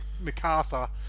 MacArthur